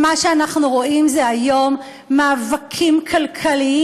אנחנו רואים מאבקים כלכליים.